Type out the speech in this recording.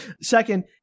Second